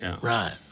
right